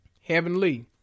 Heavenly